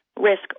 Risk